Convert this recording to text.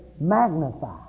magnified